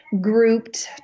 grouped